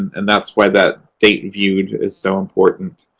and that's why that date viewed is so important.